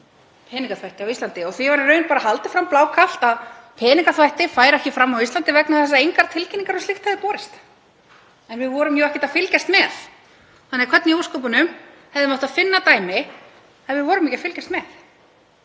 peningaþvætti á Íslandi. Því var í raun haldið fram blákalt að peningaþvætti færi ekki fram á Íslandi vegna þess að engar tilkynningar um slíkt hefðu borist. En við vorum ekkert að fylgjast með þannig að hvernig í ósköpunum hefðum við átt að finna dæmi ef við vorum ekki að fylgjast með?